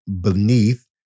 beneath